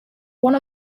one